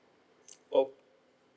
oh